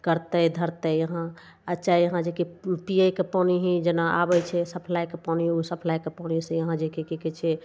करतय धरतय यहाँ आओर चाहे यहाँ जे कि पीयैके पानि ही जेना आबय छै सप्लाइके पानि सप्लाइके पानि से यहाँ जे कि की कहय छै